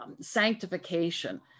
sanctification